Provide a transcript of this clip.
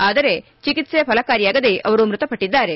ಆದರೆ ಚಿಕಿತ್ಸೆ ಫಲಕಾರಿಯಾಗದೇ ಮೃತಪಟ್ಟದ್ದಾರೆ